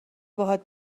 باهات